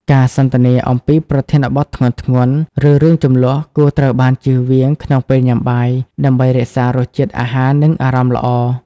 ការសន្ទនាអំពីប្រធានបទធ្ងន់ៗ ឬរឿងជម្លោះគួរត្រូវបានចៀសវាងក្នុងពេលញ៉ាំបាយ ដើម្បីរក្សារសជាតិអាហារ និងអារម្មណ៍ល្អ។